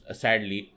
sadly